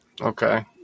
Okay